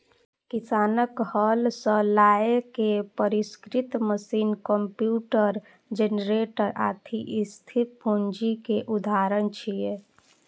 किसानक हल सं लए के परिष्कृत मशीन, कंप्यूटर, जेनरेटर, आदि स्थिर पूंजी के उदाहरण छियै